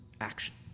action